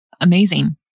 amazing